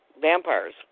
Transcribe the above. vampires